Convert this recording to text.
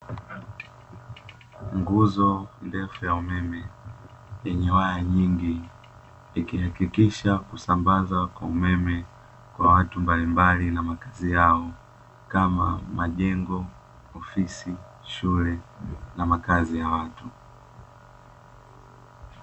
Nguzo ndefu ya umeme yenye waya nyingi ikihakikisha kusambazwa kwa umeme kwa watu mbalimbali na makazi yao kama majengo, ofisi, shule na makazi ya watu.